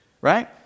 right